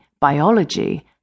Biology